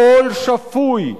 קול שפוי,